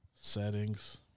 Settings